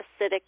acidic